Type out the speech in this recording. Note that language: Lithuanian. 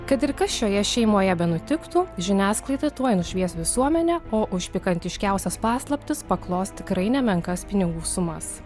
kad ir kas šioje šeimoje benutiktų žiniasklaida tuoj nušvies visuomenę o už pikantiškiausias paslaptis paklos tikrai nemenkas pinigų sumas